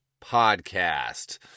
podcast